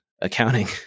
accounting